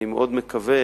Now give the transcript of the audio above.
אני מאוד מקווה